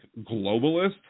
globalists